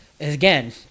again